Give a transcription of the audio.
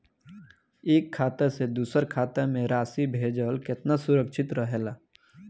एक खाता से दूसर खाता में राशि भेजल केतना सुरक्षित रहेला?